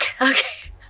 Okay